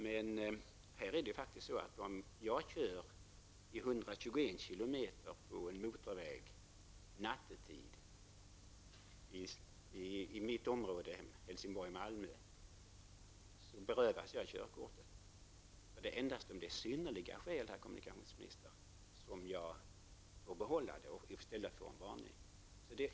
Men om jag nattetid kör med 121 km/tim på en motorväg i mina hemtrakter, dvs Helsingborg-- Malmö, så berövas jag körkortet. Det är endast om synnerliga skäl föreligger som jag får behålla körkortet i stället för att få en varning.